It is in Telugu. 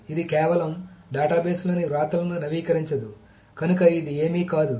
ఇది కేవలం డేటాబేస్లోని వ్రాతలను నవీకరించదు కనుక ఇది ఏమీ కాదు